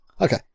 okay